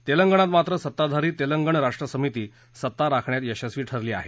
तेलंगणात मात्र सत्ताधारी तेलंगणा राष्ट्र समिती सत्ता राखण्यात यशस्वी ठरली आहे